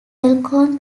elkhorn